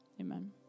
Amen